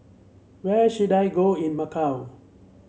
where should I go in Macau